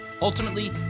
Ultimately